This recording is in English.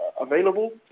available